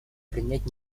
принять